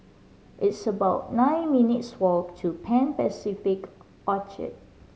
it's about nine minutes' walk to Pan Pacific Orchard